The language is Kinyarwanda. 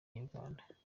inyarwanda